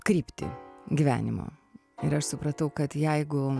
kryptį gyvenimo ir aš supratau kad jeigu